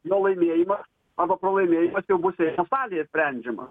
jo laimėjimą arba pralaimėjimas jau bus teismo salėje sprendžiama